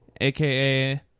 aka